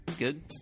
Good